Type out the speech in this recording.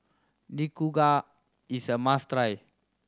nikujaga is a must try